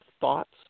thoughts